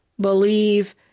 believe